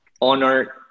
honor